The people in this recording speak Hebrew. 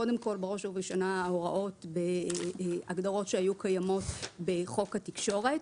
קודם כל בראש ובראשונה הוראות בהגדרות שהיו קיימות בחוק התקשורת.